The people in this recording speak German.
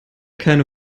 keine